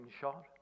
shot